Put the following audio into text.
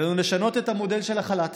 עלינו לשנות את מודל החל"ת